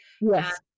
Yes